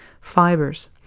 fibers